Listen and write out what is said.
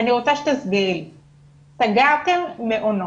סגרתם מעונות,